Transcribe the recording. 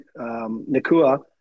Nakua